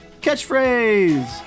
Catchphrase